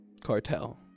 cartel